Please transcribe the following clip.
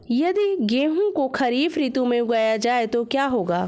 यदि गेहूँ को खरीफ ऋतु में उगाया जाए तो क्या होगा?